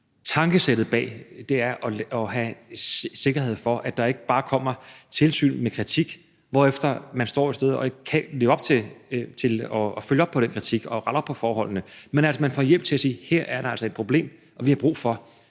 tankesættet bag er at have en sikkerhed for, at der ikke bare kommer et tilsyn med kritik, hvorefter man står et sted og ikke kan leve op til at følge op på den kritik og rette op på forholdene, men at man får hjælp til at sige, at her er der altså et problem, og at man har brug for